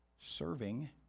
Serving